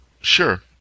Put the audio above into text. Sure